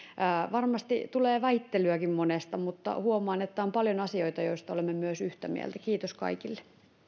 varmasti tulee väittelyäkin monesta asioista mutta huomaan että on paljon asioita joista olemme myös yhtä mieltä kiitos kaikille